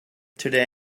today